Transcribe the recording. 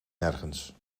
nergens